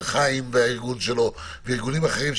חיים מסילתי והארגון שלו וארגונים אחרים,